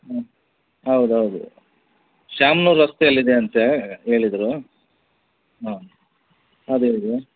ಹ್ಞೂ ಹೌದು ಹೌದು ಶ್ಯಾಮನೂರ್ ರಸ್ತೆಯಲ್ಲಿದೆಯಂತೆ ಹೇಳಿದ್ರು ಹಾಂ ಅದೆ ಅದೇ